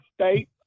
State